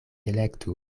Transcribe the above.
elektu